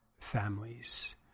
families